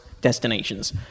destinations